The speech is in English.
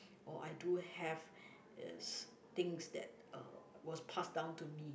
or I do have is things that uh was passed down to me